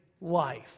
life